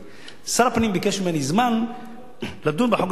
שר הפנים ביקש ממני זמן לדון בחוק הזה מחדש.